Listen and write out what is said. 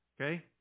Okay